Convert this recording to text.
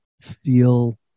feel